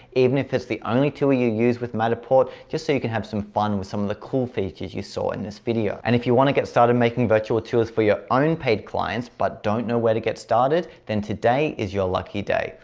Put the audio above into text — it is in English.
even if it's the only tour you use with matterport, just say you can have some fun with some of the cool features you saw in this video. and if you wanna get started making virtual tours for your own paid clients, but don't know where to get started, then today is your lucky day.